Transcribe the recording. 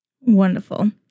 Wonderful